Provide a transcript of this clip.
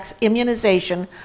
immunization